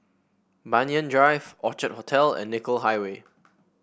Banyan Drive Orchid Hotel and Nicoll Highway